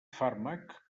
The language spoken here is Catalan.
fàrmac